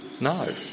No